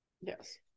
Yes